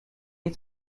est